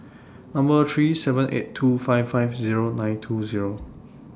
Number three seven eight two five five Zero nine two Zero